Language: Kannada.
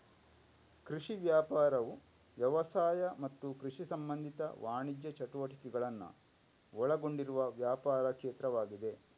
ಕೃಷಿ ವ್ಯಾಪಾರವು ವ್ಯವಸಾಯ ಮತ್ತು ಕೃಷಿ ಸಂಬಂಧಿತ ವಾಣಿಜ್ಯ ಚಟುವಟಿಕೆಗಳನ್ನ ಒಳಗೊಂಡಿರುವ ವ್ಯಾಪಾರ ಕ್ಷೇತ್ರವಾಗಿದೆ